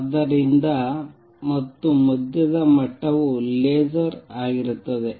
ಆದ್ದರಿಂದ ಇದು ಮತ್ತು ಮಧ್ಯದ ಮಟ್ಟವು ಲೇಸರ್ ಆಗಿರುತ್ತದೆ